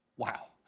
wow.